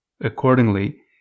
Accordingly